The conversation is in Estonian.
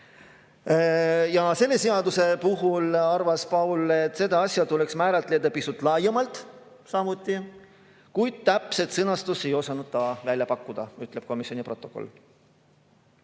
Ja selle seaduse puhul, arvas Paul, tuleks seda asja määratleda pisut laiemalt samuti, kuid täpset sõnastust ei osanud ta välja pakkuda. Nii ütleb komisjoni protokoll.